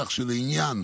כך שלעניין